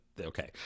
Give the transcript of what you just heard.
okay